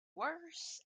worse